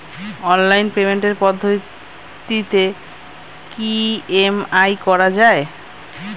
Online পেমেন্টের পদ্ধতিতে কি ই.এম.আই করা যায়?